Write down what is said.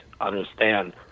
understand